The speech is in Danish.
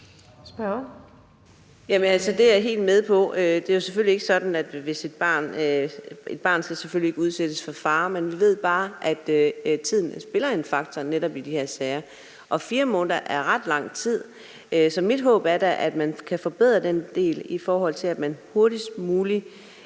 Det er jeg helt med på. Et barn skal selvfølgelig ikke udsættes for fare. Vi ved bare, at tiden spiller en faktor i netop de sager. 4 måneder er ret lang tid. Så mit håb er da, at man kan forbedre den del, i forhold til at man hurtigst muligt